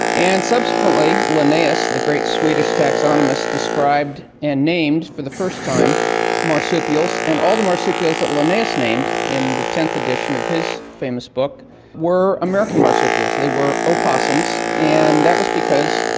and subsequently linnaeus, the great swedish taxonomist, described and named for the first time marsupials, and all the marsupials that linnaeus named in the tenth edition of his famous book were american marsupials, they were opossums, and that was because,